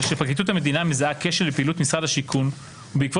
כאשר פרקליטות המדינה מזהה כשל בפעילות משרד השיכון ובעקבות